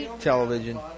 television